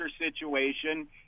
situation